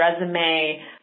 resume